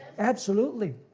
absolutely.